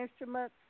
instruments